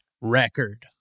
record